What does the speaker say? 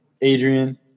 Adrian